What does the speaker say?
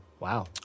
Wow